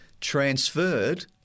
transferred